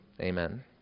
Amen